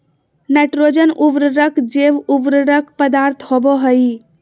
nitrogen उर्वरक जैव उर्वरक पदार्थ होबो हइ